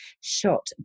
shot